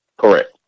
Correct